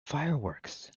fireworks